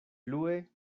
plue